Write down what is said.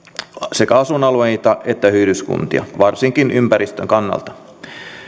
sekä asuinalueita että yhdyskuntia varsinkin ympäristön kannalta